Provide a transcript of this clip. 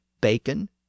bacon